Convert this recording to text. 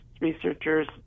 researchers